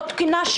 לא תקינה,